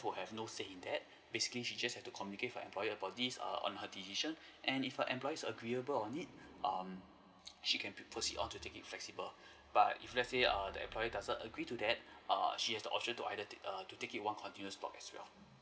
will have no say in that basically she just has to communicate with her employer about this err on her decision and if her employer agreeable on it um she can be proceed on to take it flexible but if let's say err the employer doesn't agree to that err she has the option to either take err to take it one continuous block as well